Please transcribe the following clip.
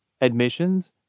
admissions